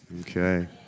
Okay